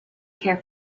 care